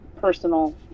personal